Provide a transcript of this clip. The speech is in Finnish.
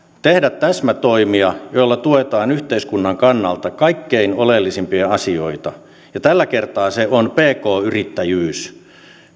tehdä täsmätoimia joilla tuetaan yhteiskunnan kannalta kaikkein oleellisimpia asioita ja tällä kertaa se on pk yrittäjyys